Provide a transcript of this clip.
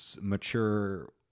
mature